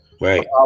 Right